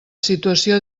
situació